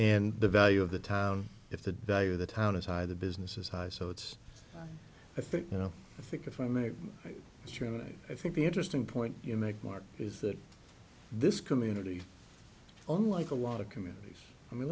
and the value of the town if the value of the town is high the business is high so it's i think you know i think if i make sure and i think the interesting point you make mark is that this community on like a lot of communities i mean